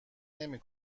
نمی